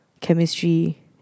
chemistry